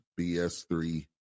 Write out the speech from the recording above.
BS3